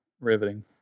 riveting